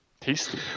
Tasty